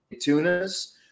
tunas